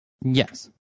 Yes